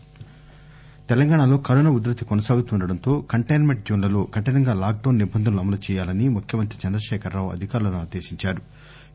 మార్గదర్పకాలు తెలంగాణాలో కరోనా ఉధృతి కొనసాగుతుండడంతో కంటైస్మెంట్ జోన్లలో కఠినంగా లాక్డౌన్ నిబంధనలు అమలు చేయాలని ముఖ్యమంత్రి చంద్రశేఖర రావు అధికారులను ఆదేశించారు